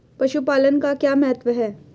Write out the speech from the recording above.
पशुपालन का क्या महत्व है?